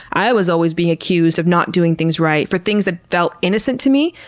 i was always being accused of not doing things right for things that felt innocent to me,